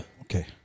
Okay